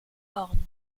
orne